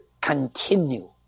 continue